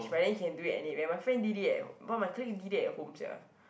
wedding can do it anywhere my friend did it eh one of my colleague did it at home sia